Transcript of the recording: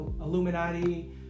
Illuminati